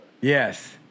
Yes